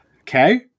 Okay